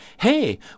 hey